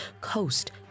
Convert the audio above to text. coast